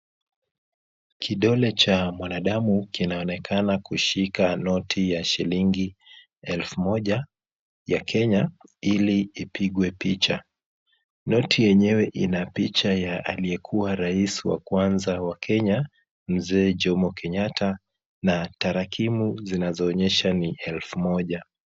Kidole cha mwanadamu kinaonekana kushika noti ya shilingi elfu moja ya Kenya, ili ipigwe picha. Noti yenyewe ina picha ya aliyekuwa rais wa kwanza wa Kenya Mzee Jomo Kenyatta na tarakimu zinazoonyesha ni elfu moja.